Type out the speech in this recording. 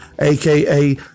aka